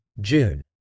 June